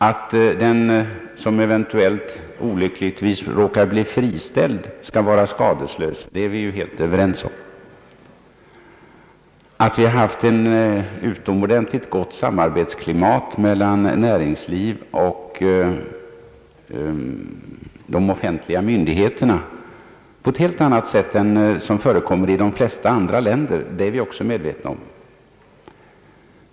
Att den som olyckligtvis råkar bli friställd skall vara skadeslös är vi ju helt överens om. Att vi har haft ett utomordentligt gott samarbetsklimat mellan näringsliv och de offentliga myndigheterna — på ett helt annat sätt än man har i de flesta andra länder — är vi också medvetna om.